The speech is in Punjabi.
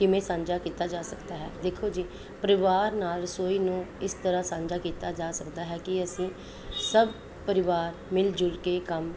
ਕਿਵੇਂ ਸਾਂਝਾ ਕੀਤਾ ਜਾ ਸਕਦਾ ਹੈ ਦੇਖੋ ਜੀ ਪਰਿਵਾਰ ਨਾਲ ਰਸੋਈ ਨੂੰ ਇਸ ਤਰ੍ਹਾਂ ਸਾਂਝਾ ਕੀਤਾ ਜਾ ਸਕਦਾ ਹੈ ਕਿ ਅਸੀਂ ਸਭ ਪਰਿਵਾਰ ਮਿਲ ਜੁਲ ਕੇ ਕੰਮ